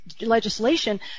legislation